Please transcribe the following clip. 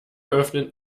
öffnen